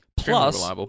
Plus